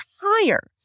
higher